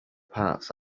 parts